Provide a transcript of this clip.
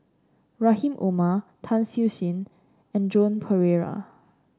Rahim Omar Tan Siew Sin and Joan Pereira